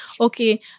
okay